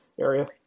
area